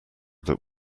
that